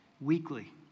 weekly